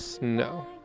No